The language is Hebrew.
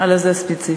על זה הספציפי.